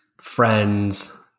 friends